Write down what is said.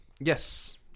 yes